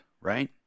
right